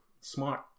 Smart